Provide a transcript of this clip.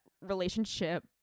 relationship